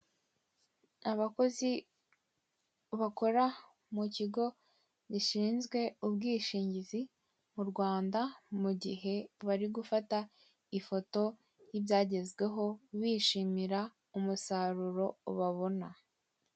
Abakozi bakora mu kigo gishizwe ubwishigizi mu Rwanda, mu gihe bari gufata ifoto, bishomira umusaruro babona.